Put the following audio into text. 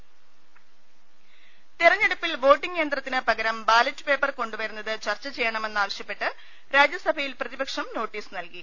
രദേഷ്ടെടു തെരഞ്ഞെടുപ്പിൽ വോട്ടിംഗ് യന്ത്രത്തിന് പകരം ബാലറ്റ് പേപ്പർ കൊണ്ടു വരുന്നത് ചർച്ച ചെയ്യണമെന്നാവശ്യപ്പെട്ട് രാജ്യസഭയിൽ പ്രതിപക്ഷം നോട്ടീസ് നൽകി